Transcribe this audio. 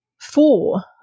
four